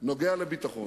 נוגעים לביטחון,